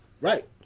Right